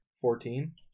fourteen